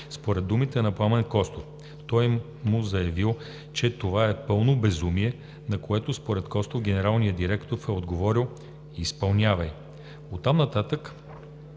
Според думите на господин Пламен Костов той му заявил, че това е пълно безумие, на което според господин Костов генералният директор е отговорил „Изпълнявай!“ Оттам нататък